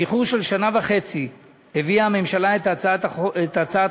באיחור של שנה וחצי הביאה הממשלה את הצעת חוק